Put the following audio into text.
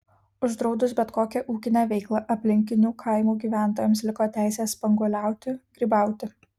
uždraudus bet kokią ūkinę veiklą aplinkinių kaimų gyventojams liko teisė spanguoliauti grybauti